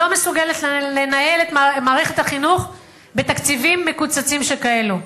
לא מסוגלת לנהל את מערכת החינוך בתקציבים מקוצצים שכאלה.